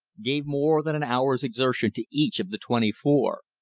gave more than an hour's exertion to each of the twenty-four,